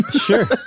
Sure